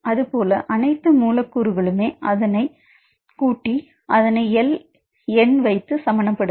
அதுபோல அனைத்து மூலக்கூறுகளும் கூட்டி அதனை L N வைத்து சமனப்படுத்து